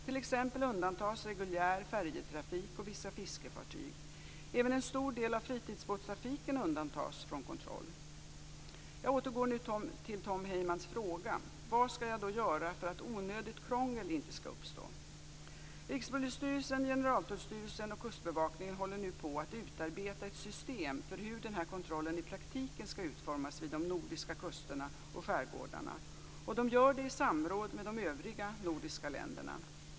T.ex. undantas reguljär färjetrafik och vissa fiskefartyg. Även en stor del av fritidsbåttrafiken undantas från kontroll. Jag återgår nu till Tom Heymans fråga. Vad skall jag då göra för att onödigt krångel inte skall uppstå? Rikspolisstyrelsen, Generaltullstyrelsen och Kustbevakningen håller nu på att utarbeta ett system för hur denna kontroll i praktiken skall utformas vid de nordiska kusterna och skärgårdarna och de gör det i samråd med de övriga nordiska länderna.